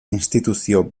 instituzio